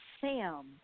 Sam